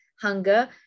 hunger